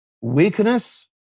Weakness